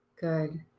Good